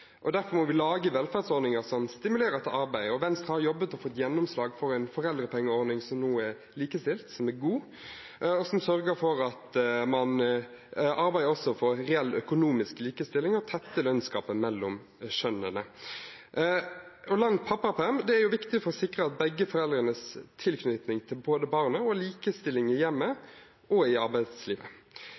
Derfor må vi lage velferdsordninger som stimulerer til arbeid. Venstre har jobbet og fått gjennomslag for en foreldrepengeordning som nå er likestilt, som er god, og som sørger for at man arbeider også for reell økonomisk likestilling og tetter lønnsgapet mellom kjønnene. Lang pappaperm er viktig for å sikre begge foreldrenes tilknytning til barnet og likestilling i hjemmet og i arbeidslivet.